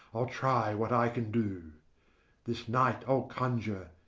i'll try what i can do this night i'll conjure,